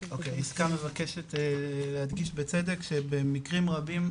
יסכה מבקשת להדגיש בצדק, שבמקרים רבים,